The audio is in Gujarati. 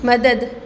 મદદ